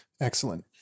Excellent